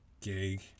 gig